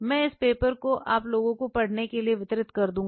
मैं इस पेपर को आप लोगों को पढ़ने के लिए वितरित करूँगा